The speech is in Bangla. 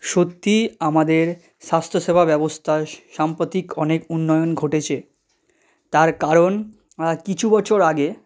সত্যিই আমাদের স্বাস্থ্য সেবা ব্যবস্থায় সাম্প্রতিক অনেক উন্নয়ন ঘটেছে তার কারণ কিছু বছর আগে